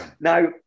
Now